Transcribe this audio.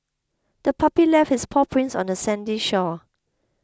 the puppy left its paw prints on the sandy shore